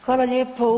Hvala lijepo.